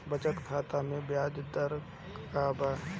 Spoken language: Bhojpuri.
बचत खाता मे ब्याज दर का बा?